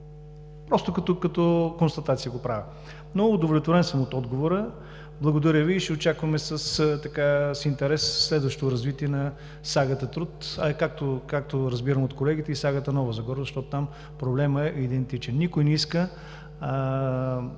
просто като констатация. Удовлетворен съм от отговора. Благодаря Ви. И ще очакваме с интерес, следващото развитие на „сагата“ Труд, а както разбирам от колегите, и „сагата“ Нова Загора, защото там проблемът е идентичен. Никой не иска